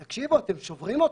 תקשיבו, אתם שוברים אותנו.